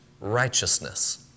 righteousness